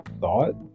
thought